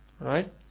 Right